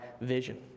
vision